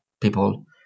people